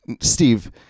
Steve